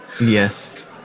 Yes